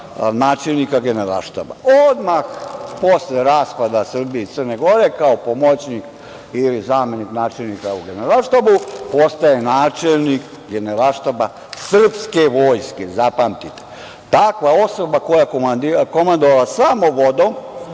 načelnika Generalštaba. Odmah posle raspada Srbije i Crne Gore, kao pomoćnik ili zamenik načelnika u Generalštabu, postaje načelnik Generalštaba srpske vojske, zapamtite. Takva osoba koja je komandovala samo vodom,